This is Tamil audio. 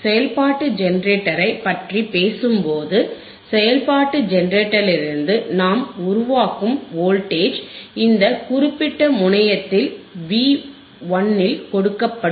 எனவே செயல்பாட்டு ஜெனரேட்டரைப் பற்றி பேசும்போது செயல்பாட்டு ஜெனெரேட்டரிலிருந்து நாம் உருவாக்கும் வோல்டேஜ் இந்த குறிப்பிட்ட முனையத்தில் வி 1ல் கொடுக்கப்படும்